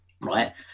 Right